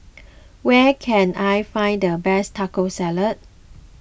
where can I find the best Taco Salad